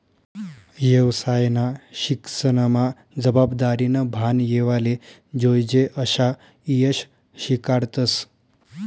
येवसायना शिक्सनमा जबाबदारीनं भान येवाले जोयजे अशा ईषय शिकाडतस